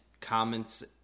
comments